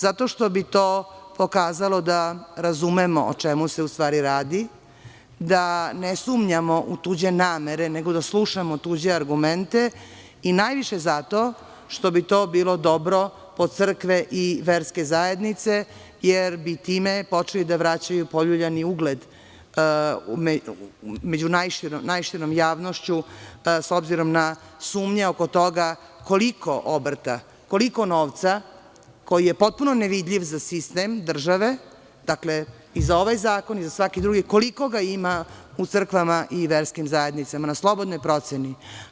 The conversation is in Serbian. Zato što bi to pokazalo da razumeo o čemu se u stvari radi, da ne sumnjamo u tuđe namere, nego da slušamo tuđe argumente, i najviše zato što bi to bilo dobro po crkve i verske zajednice, jer bi time počeli da vraćaju poljuljani ugled među najširom javnošću, s obzirom na sumnje oko toga, koliko obrta, koliko novca, koji je potpuno nevidljiv za sistem države, dakle, i za ovaj zakon i za svaki drugi, koliko ga ima u crkvama i verskim zajednica na slobodnoj proceni.